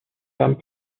femmes